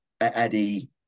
Eddie